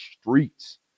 streets